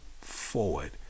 forward